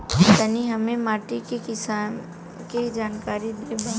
तनि हमें माटी के किसीम के जानकारी देबा?